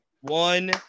one